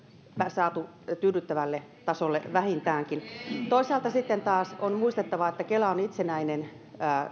saatu tyydyttävälle tasolle vähintäänkin toisaalta sitten taas on muistettava että kela on itsenäinen